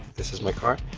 this is my car.